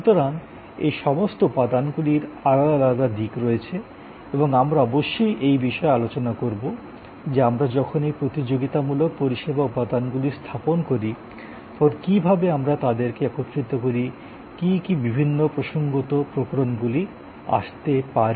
সুতরাং এই সমস্ত উপাদানগুলির আলাদা আলাদা দিক রয়েছে এবং আমরা অবশ্যই এই বিষয়ে আলোচনা করব যে আমরা যখন এই প্রতিযোগিতামূলক পরিষেবা উপাদানগুলি স্থাপন করি তখন কী ভাবে আমরা তাদেরকে একত্রিত করি কী কী বিভিন্ন প্রসঙ্গগত প্রকরণগুলি আসতে পারে